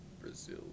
Brazil